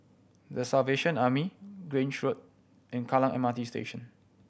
The Salvation Army Grange Road and Kallang M R T Station